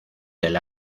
del